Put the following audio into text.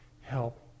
help